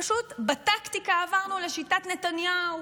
פשוט בטקטיקה עברנו לשיטת נתניהו,